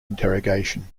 interrogation